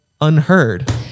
unheard